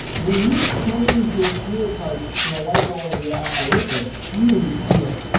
when you change your fuel type in a light water reactor it's a huge deal.